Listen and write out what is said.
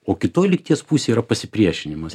o kitoj lygties pusėj yra pasipriešinimas